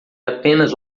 apenas